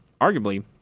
arguably